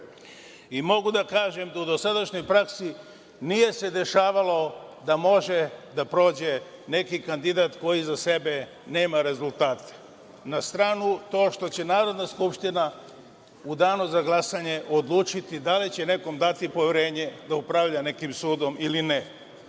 suda. Mogu da kažem da u dosadašnjoj praksi nije se dešavalo da može da prođe neki kandidat koji iza sebe nema rezultate. Na stranu to što će Narodna skupština u Danu za glasanje odlučiti da li će nekom dati poverenje da upravlja nekim sudom ili ne. Da